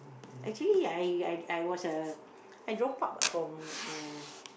actually I I I was a I dropped out lah from uh